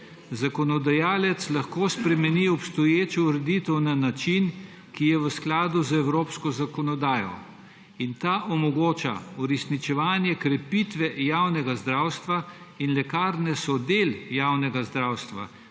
Zakonodajalec lahko spremeni obstoječo ureditev na način, ki je v skladu z evropsko zakonodajo, le-ta pa omogoča uresničevanje krepitve javnega zdravstva, in lekarne so del javnega zdravstva,